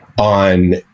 on